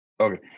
Okay